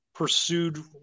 pursued